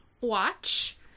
watch